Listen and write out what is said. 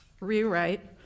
rewrite